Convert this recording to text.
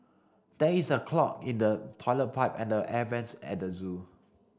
there is a clog in the toilet pipe and the air vents at the zoo